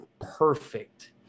perfect